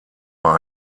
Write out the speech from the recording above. bei